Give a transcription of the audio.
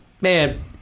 man